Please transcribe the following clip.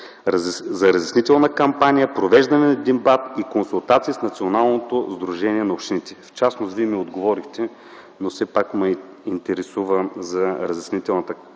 за разяснителна кампания, провеждане на дебат и консултации с Националното сдружение на общините? В частност Вие ми отговорихте, но все пак ме интересува разяснителната кампания,